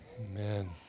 Amen